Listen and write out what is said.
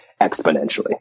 exponentially